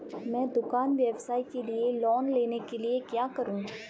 मैं दुकान व्यवसाय के लिए लोंन लेने के लिए क्या करूं?